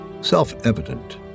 self-evident